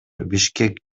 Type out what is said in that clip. бишкек